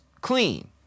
clean